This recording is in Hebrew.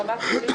ברמה כללית,